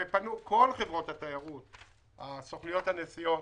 ופנו כל חברות התיירות, סוכנויות הנסיעות